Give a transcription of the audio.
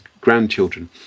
grandchildren